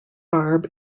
barb